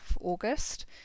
August